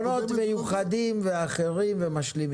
ולכן אנחנו צריכים פתרונות מיוחדים ואחרים ומשלימים.